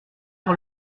sur